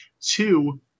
two